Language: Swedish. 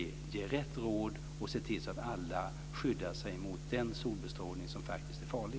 Det gäller att ge rätt råd och se till att alla skyddar sig mot den solbestrålning som faktiskt är farlig.